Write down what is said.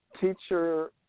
Teacher